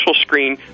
screen